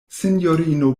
sinjorino